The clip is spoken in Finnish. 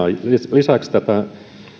lisäksi tätä